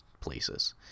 places